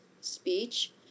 speech